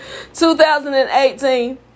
2018